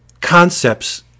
concepts